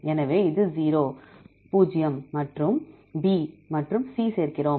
எனவே அது 0 மற்றும் B மற்றும் C சேர்க்கிறோம்